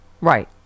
Right